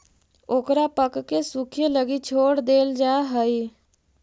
ओकरा पकके सूखे लगी छोड़ देल जा हइ